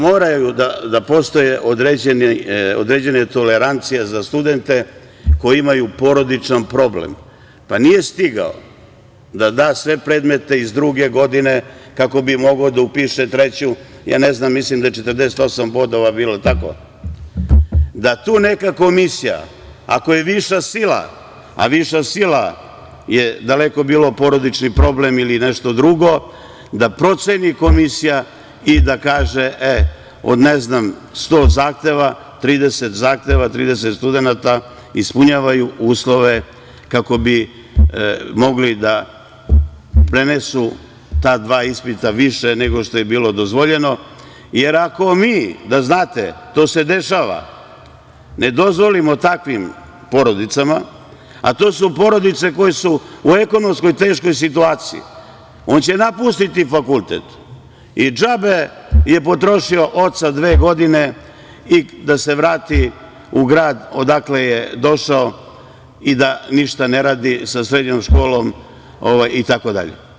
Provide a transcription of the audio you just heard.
Moraju da postoje određene tolerancije za studente koji imaju porodičan problem pa nije stigao da da sve predmete iz druge godine kako bi mogao da upiše treću, mislim da je 48 bodova bilo, da tu neka komisija ako je viša sila, a viša sila je, daleko bilo, porodični problem ili nešto drugo, da proceni komisija i da kaže od 100 zahteva 30 zahteva, 30 studenata ispunjavaju uslove kako bi mogli da prenesu ta dva ispita više nego što je bilo dozvoljeno, jer ako mi, da znate, to se dešava, ne dozvolimo takvim porodicama, a to su porodice koje su u ekonomskoj teškoj situaciji, on će napustiti fakultet i džabe je potrošio oca dve godine, i da se vrati u grad odakle je došao i da ništa ne radi sa srednjom školom itd.